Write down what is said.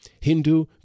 Hindu